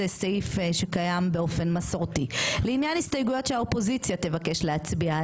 חלק מהמסתייגים מבקשים להוסיף